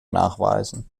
nachweisen